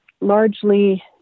largely